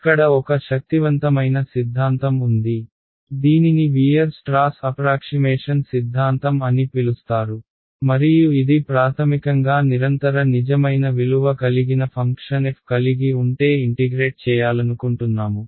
ఇక్కడ ఒక శక్తివంతమైన సిద్ధాంతం ఉంది దీనిని వీయర్స్ట్రాస్ అప్రాక్షిమేషన్ సిద్ధాంతం అని పిలుస్తారు మరియు ఇది ప్రాథమికంగా నిరంతర నిజమైన విలువ కలిగిన ఫంక్షన్ f కలిగి ఉంటే ఇంటిగ్రేట్ చేయాలనుకుంటున్నాము